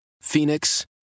Phoenix